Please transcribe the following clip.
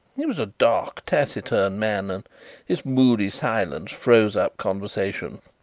he was a dark, taciturn man, and his moody silence froze up conversation.